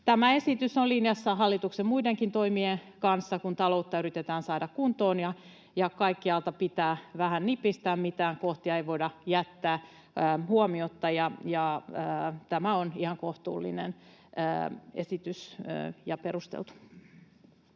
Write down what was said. Tämä esitys on linjassa hallituksen muidenkin toimien kanssa, kun taloutta yritetään saada kuntoon. Kaikkialta pitää vähän nipistää, mitään kohtia ei voida jättää huomiotta. Tämä on ihan kohtuullinen ja perusteltu